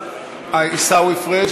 עיסאווי פריג'.